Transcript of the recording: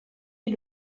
est